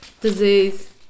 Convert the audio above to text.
Disease